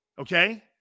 Okay